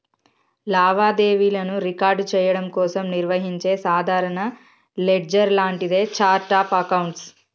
లావాదేవీలను రికార్డ్ చెయ్యడం కోసం నిర్వహించే సాధారణ లెడ్జర్ లాంటిదే ఛార్ట్ ఆఫ్ అకౌంట్స్